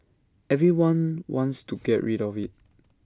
everyone wants to get rid of IT